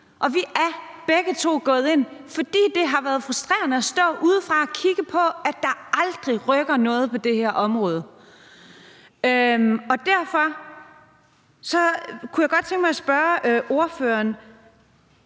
og vi er begge to gået ind i politik, fordi det har været frustrerende at stå udenfor og kigge på, at der aldrig rykkes noget på det her område. Derfor kunne jeg godt tænke mig at spørge ordføreren: